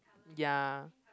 ya